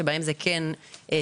שבהם זה כן סייע.